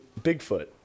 Bigfoot